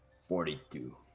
Forty-two